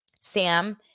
Sam